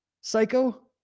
psycho